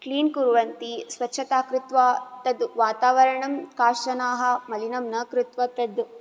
clean कुर्वन्ति स्वच्छता कृत्वा तद् वातावरणं काश्चनाः मलिनं न कृत्वा तद्